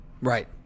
Right